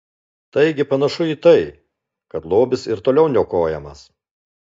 taigi panašu į tai kad lobis ir toliau niokojamas